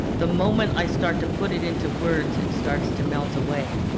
the moment i start to put it into words, it starts to melt away.